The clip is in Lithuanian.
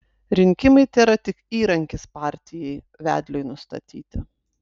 rinkimai tėra tik įrankis partijai vedliui nustatyti